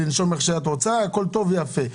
הכול טוב ויפה.